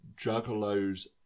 Juggalo's